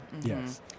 yes